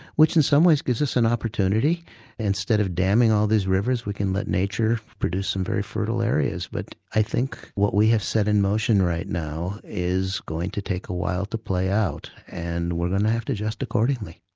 which in some ways gives us an opportunity instead of damming all these rivers we can let nature produce some very fertile areas. but i think what we have set in motion right now is going to take a while to play out, and we're going to have to adjust accordingly.